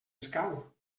escau